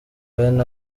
bene